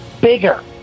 bigger